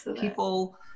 people